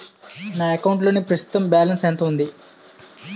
నా అకౌంట్ లోని ప్రస్తుతం బాలన్స్ ఎంత ఉంది?